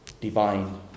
Divine